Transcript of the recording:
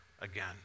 again